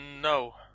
no